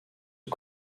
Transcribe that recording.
aux